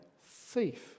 thief